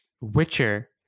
witcher